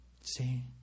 See